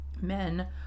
men